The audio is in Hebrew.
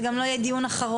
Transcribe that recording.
זה גם לא יהיה דיון אחרון,